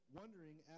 wondering